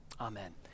Amen